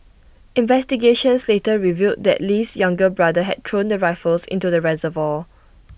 investigations later revealed that Lee's younger brother had thrown the rifles into the reservoir